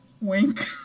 Wink